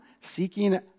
seeking